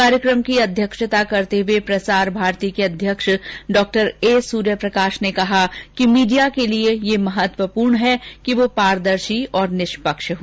कार्यक्रम की अध्यक्षता करते हुए प्रसार भारती के अध्यक्ष डॉ ए सूर्य प्रकाश ने कहा कि मीडिया के लिए यह महत्वपूर्ण है कि वो पारदर्शी और निष्पक्ष हो